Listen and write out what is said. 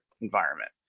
environment